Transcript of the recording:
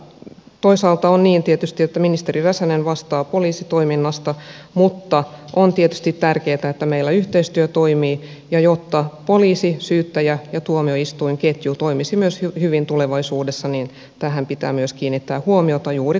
toisaalta on tietysti niin että ministeri räsänen vastaa poliisitoiminnasta mutta on tietysti tärkeätä että meillä yhteistyö toimii ja jotta poliisi syyttäjä ja tuomioistuin ketju toimisi hyvin myös tulevaisuudessa tähän pitää myös kiinnittää huomiota juuri kansalaisnäkökulmasta